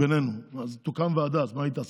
בינינו, אז תוקם ועדה, ואז מה היא תעשה?